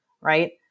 right